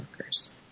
workers